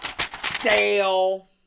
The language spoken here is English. Stale